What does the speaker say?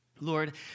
Lord